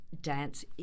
dance